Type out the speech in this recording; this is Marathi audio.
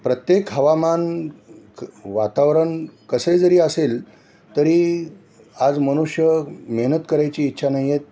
प्रत्येक हवामान वातावरण कसेही जरी असेल तरी आज मनुष्य मेहनत करायची इच्छा नाही आहे